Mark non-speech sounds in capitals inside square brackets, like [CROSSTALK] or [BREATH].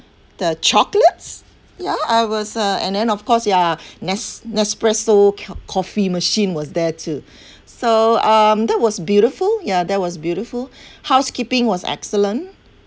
the chocolates ya I was uh and then of course ya ness~ Nespresso co~ coffee machine was there too [BREATH] so um that was beautiful ya that was beautiful [BREATH] housekeeping was excellent